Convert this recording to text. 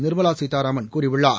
நிர்மவா சீதாராமன் கூறியுள்ளார்